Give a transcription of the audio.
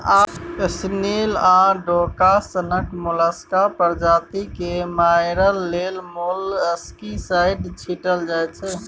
snail आ डोका सनक मोलस्का प्रजाति केँ मारय लेल मोलस्कीसाइड छीटल जाइ छै